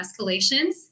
escalations